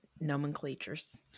nomenclatures